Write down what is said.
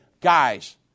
Guys